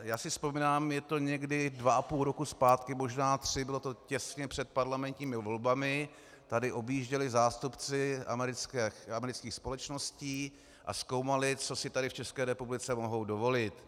Já si vzpomínám, je to někdy dva a půl roku zpátky, možná tři, bylo to těsně před parlamentními volbami, tady objížděli zástupci amerických společností a zkoumali, co si tady v České republice mohou dovolit.